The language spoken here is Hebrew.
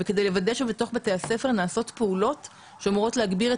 ולוודא שבתוך בתי הספר נעשות פעולות שאמורות להגביר את